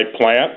plant